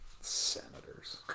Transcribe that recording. Senators